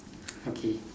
okay